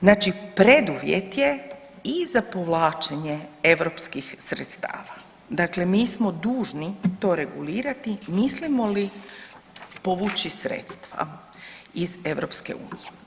Znači preduvjet je i za povlačenje europskih sredstava, dakle mi smo dužni to regulirati mislimo li povući sredstva iz EU.